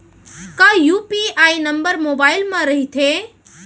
का UPI number mobile म रहिथे?